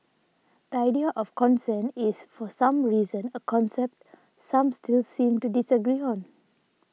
the idea of consent is for some reason a concept some still seem to disagree on